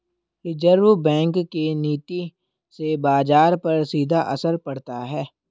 reserve bank के नीति से बाजार पर सीधा असर पड़ता है